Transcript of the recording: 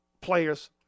players